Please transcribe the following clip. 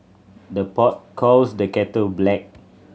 the pot calls the kettle black